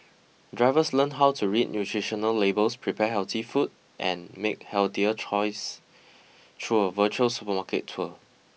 drivers learn how to read nutritional labels prepare healthy food and make healthier choice through a virtual supermarket tour